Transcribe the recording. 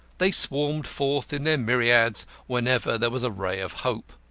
they swarmed forth in their myriads whenever there was a ray of hope.